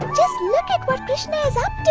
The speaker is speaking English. look at what krishna is up to!